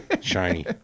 shiny